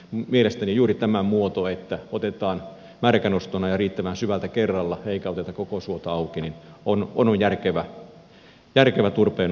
mielestäni juuri tämä alennettua että otetaan märkänostona ja riittävän syvältä kerralla eikä oteta koko suota auki on todennäköisesti järkevä turpeen nostotapa